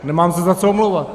Nemám se za co omlouvat.